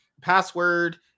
password